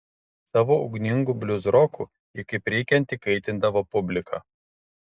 savo ugningu bliuzroku ji kaip reikiant įkaitindavo publiką